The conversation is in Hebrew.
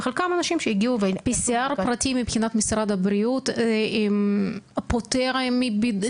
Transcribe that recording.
וחלקם אנשים שהגיעו -- PCR פרטי מבחינת משרד הבריאות פותר מבידוד?